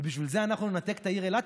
ובשביל זה אנחנו ננתק את העיר אילת.